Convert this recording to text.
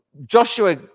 Joshua